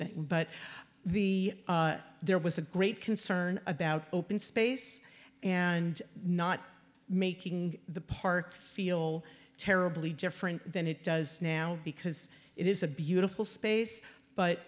thing but the there was a great concern about open space and not making the park feel terribly different than it does now because it is a beautiful space but